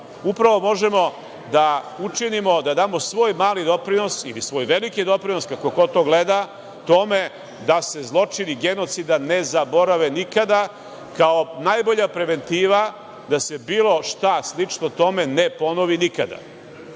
upravo možemo da učinimo da damo svoj mali doprinos ili svoj veliki doprinos, kako god to ko gleda, tome da se zločini genocida ne zaborave nikada, kao najbolja preventiva da se bilo šta slično tome ne ponovi nikada. Ja